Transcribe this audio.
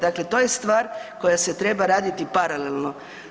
Dakle to je stvar koja se treba raditi paralelno.